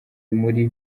muri